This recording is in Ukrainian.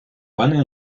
пане